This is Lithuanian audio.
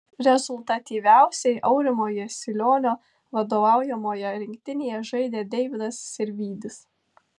rezultatyviausiai aurimo jasilionio vadovaujamoje rinktinėje žaidė deividas sirvydis